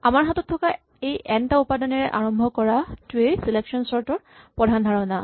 আমাৰ হাতত থকা এই এন টা উপাদানেৰে আৰম্ভ কৰাটোৱেই চিলেকচন চৰ্ট ৰ প্ৰধান ধাৰণা